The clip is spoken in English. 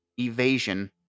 evasion